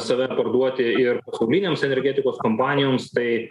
save parduoti ir pasaulinėms energetikos kompanijoms tai